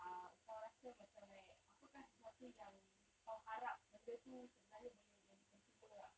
uh engkau rasa macam like apakah sesuatu yang kau harap benda tu sebenarnya boleh jadi percuma ah